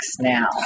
now